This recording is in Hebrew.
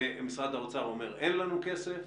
ומשרד האוצר אומר: אין לנו כסף.